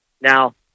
Now